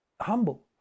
humble